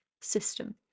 system